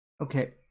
Okay